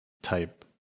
type